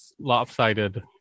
lopsided